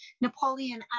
Napoleon